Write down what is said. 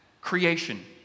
creation